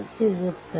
ಸಿಗುತ್ತದೆ